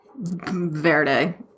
Verde